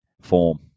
form